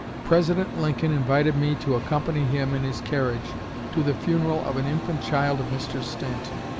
president lincoln invited me to accompany him in his carriage to the funeral of an infant child of mr. stanton.